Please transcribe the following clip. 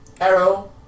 Arrow